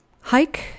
hike